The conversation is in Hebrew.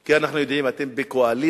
כי אנחנו יודעים, אתם בְּקואליציה,